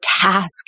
task